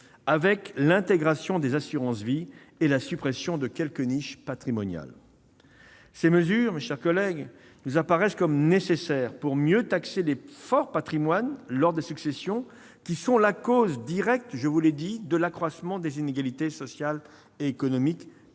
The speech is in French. avec l'intégration des assurances vie et la suppression de quelques niches patrimoniales. Ces mesures, mes chers collègues, sont nécessaires pour mieux taxer les forts patrimoines lors des successions, qui sont la cause directe de l'accroissement des inégalités sociales et économiques,